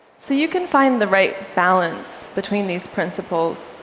so you can find the right balance between these principles.